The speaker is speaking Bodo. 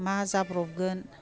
मा जाब्रबगोन